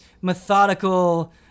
methodical